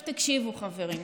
עכשיו תקשיבו, חברים.